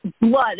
blood